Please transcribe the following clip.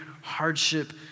hardship